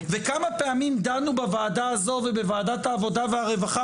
וכמה פעמים דנו בוועדה הזאת ובוועדת העבודה והרווחה,